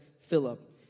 Philip